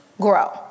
grow